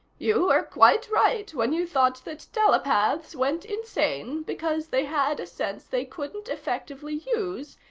you were quite right when you thought that telepaths went insane because they had a sense they couldn't effectively use,